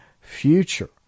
future